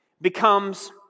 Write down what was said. becomes